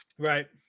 Right